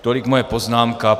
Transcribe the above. Tolik moje poznámka.